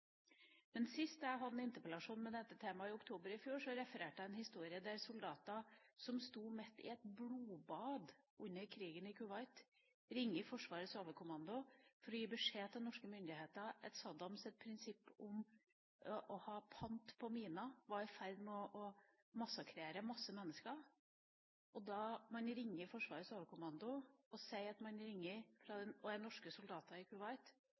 hadde en interpellasjon om dette temaet, i oktober 2010, refererte jeg en historie om soldater som sto midt i et blodbad under krigen i Kuwait. De ringer Forsvarets Overkommando for å gi beskjed til norske myndigheter om at Saddams prinsipp om å ha pant på miner var i ferd med å massakrere masse mennesker. Når man ringer Forsvarets Overkommando og sier at man er norske soldater i